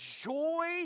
joy